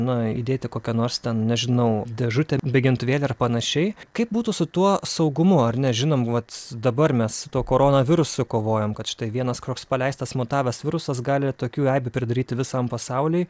na įdėti į kokią nors ten nežinau dėžutę mėgintuvėlį ar panašiai kaip būtų su tuo saugumu ar ne žinom vat dabar mes su tuo korona virusu kovojam kad štai vienas koks paleistas mutavęs virusas gali tokių eibių pridaryti visam pasauliui